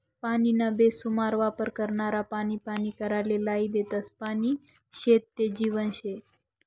पानीना बेसुमार वापर करनारा पानी पानी कराले लायी देतस, पानी शे ते जीवन शे